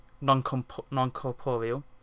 non-corporeal